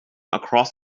across